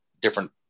different